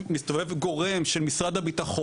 אנחנו מבקשים ללכת לפרויקט של בינה מלאכותית,